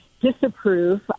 Disapprove